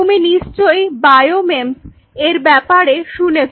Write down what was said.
তুমি নিশ্চয়ই বায়োমেম্স এর ব্যাপারে শুনেছ